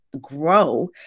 grow